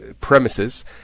premises